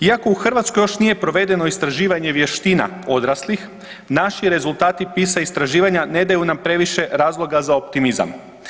Iako u Hrvatskoj još nije provedeno istraživanje vještina odraslih, naši rezultati PISA istraživanja ne daju nam previše razloga za optimizam.